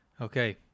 okay